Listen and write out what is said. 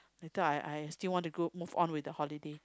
later I I still want to go move on with the holiday